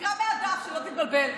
תקרא מהדף, שלא תתבלבל.